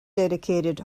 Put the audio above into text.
dedicated